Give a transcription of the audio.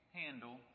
handle